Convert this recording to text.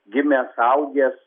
gimęs augęs